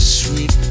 sweet